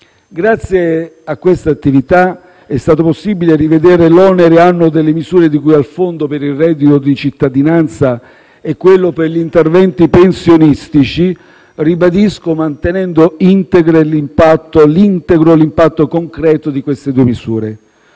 Grazie a questa attività è stato possibile rivedere l'onere annuo delle misure di cui al fondo per il reddito di cittadinanza e quello per gli interventi pensionistici, mantenendo integro - lo ribadisco - l'impatto concreto di queste due misure.